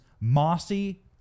mossy